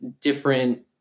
different